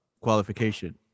qualification